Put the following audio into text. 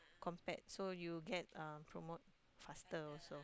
compared so you get uh promote faster also